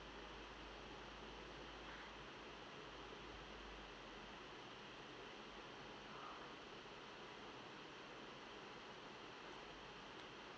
uh